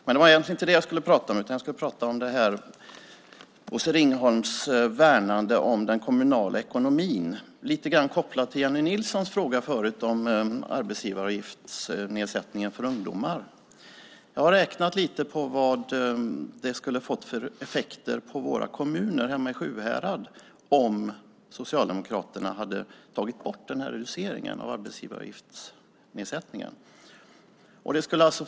Men det var egentligen inte det jag skulle prata om, utan jag ska prata om Bosse Ringholms värnande om den kommunala ekonomin, lite grann kopplat till Jennie Nilssons fråga förut om nedsättningen av arbetsgivaravgifterna för ungdomar. Jag har räknat lite på vad det skulle ha fått för effekter för våra kommuner hemma i Sjuhärad om Socialdemokraterna hade tagit bort reduceringen av arbetsgivaravgifterna.